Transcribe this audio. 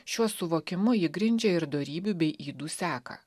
šiuo suvokimu ji grindžia ir dorybių bei ydų seką